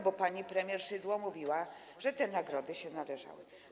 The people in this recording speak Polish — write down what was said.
Bo pani premier Szydło mówiła, że te nagrody się należały.